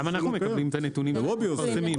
גם אנחנו מקבלים את הנתונים --- בסדר,